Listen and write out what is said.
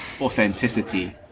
authenticity